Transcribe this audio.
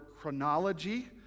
chronology